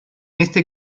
este